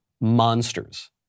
monsters